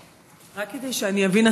רק כדי שאני אבין,